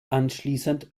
anschließend